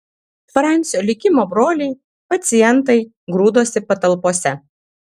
francio likimo broliai pacientai grūdosi patalpose